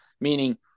meaning